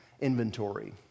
inventory